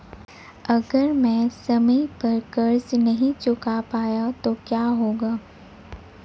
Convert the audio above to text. अगर मैं समय पर कर्ज़ नहीं चुका पाया तो क्या होगा?